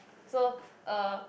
so uh